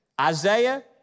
Isaiah